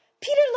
Peter